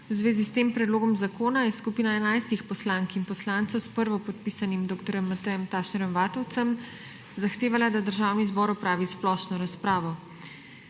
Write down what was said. V zvezi s tem predlogom zakona je skupina enajstih poslank in poslancev s prvopodpisanim dr. Matejem Tašnerjem Vatovcem zahtevala, da Državni zbor opravi splošno razpravo.